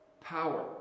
power